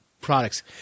products